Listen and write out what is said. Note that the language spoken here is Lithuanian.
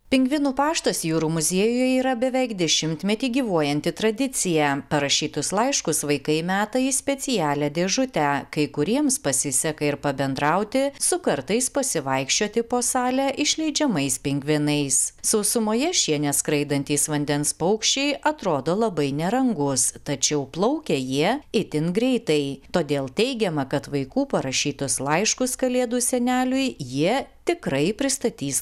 pingvinų paštas jūrų muziejuje yra beveik dešimtmetį gyvuojanti tradicija parašytus laiškus vaikai meta į specialią dėžutę kai kuriems pasiseka ir pabendrauti su kartais pasivaikščioti po salę išleidžiamais pingvinais sausumoje šie neskraidantys vandens paukščiai atrodo labai nerangūs tačiau plaukia jie itin greitai todėl teigiama kad vaikų parašytus laiškus kalėdų seneliui jie tikrai pristatys